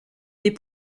des